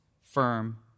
firm